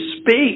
speak